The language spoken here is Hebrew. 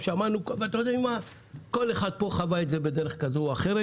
כל אחד פה חווה את זה בדרך כזו או אחרת,